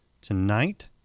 tonight